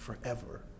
forever